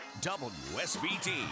WSBT